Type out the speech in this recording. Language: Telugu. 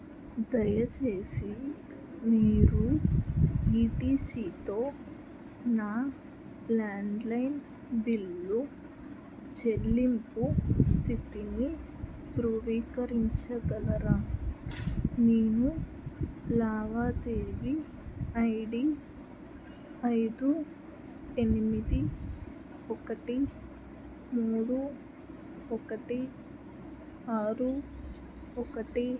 దయచేసి మీరు ఈ టీ సీతో నా ల్యాండ్లైన్ బిల్లు చెల్లింపు స్థితిని ధృవీకరించగలరా నేను లావాదేవీ ఐ డీ ఐదు ఎనిమిది ఒకటి మూడు ఒకటి ఆరు ఒకటి